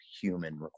human